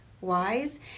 wise